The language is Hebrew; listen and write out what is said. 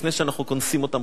לפני שאנחנו קונסים אותם,